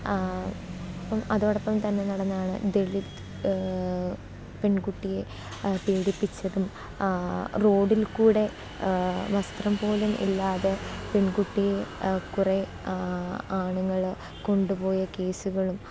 അതോടൊപ്പം തന്നെ നടന്നതാണ് ദളിത് പെൺകുട്ടിയെ പീഡിപ്പിച്ചതും റോഡിൽക്കൂടി വസ്ത്രം പോലും ഇല്ലാതെ പെൺകുട്ടിയെ കുറേ ആണുങ്ങൾ കൊണ്ടുപോയ കേസുകളും